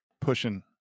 pushing